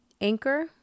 Anchor